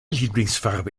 lieblingsfarbe